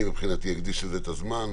אני מברכת על הדיון בהצעה הזאת,